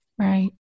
Right